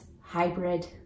hybrid